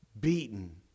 beaten